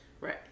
right